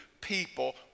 people